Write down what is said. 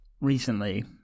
recently